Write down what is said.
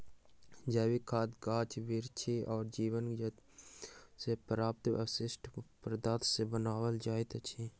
जैविक खाद गाछ बिरिछ आ जीव जन्तु सॅ प्राप्त अवशिष्ट पदार्थ सॅ बनाओल जाइत छै